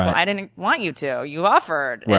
i didn't want you to you offered.